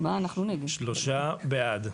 הצבעה בעד,